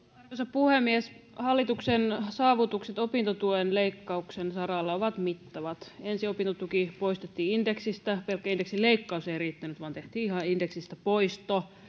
puhemies hallituksen saavutukset opintotuen leikkauksen saralla ovat mittavat ensin opintotuki poistettiin indeksistä pelkkä indeksin leikkaus ei riittänyt vaan tehtiin ihan indeksistä poisto